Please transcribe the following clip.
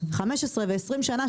15 ו-20 שנה,